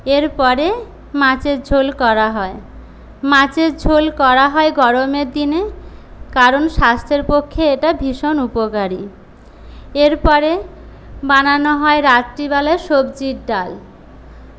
এরপরে মাছের ঝোল করা হয় মাছের ঝোল করা হয় গরমের দিনে কারণ স্বাস্থ্যের পক্ষে এটা ভীষণ উপকারী এরপরে বানানো হয় রাত্রিবেলা সবজির ডাল